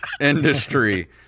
industry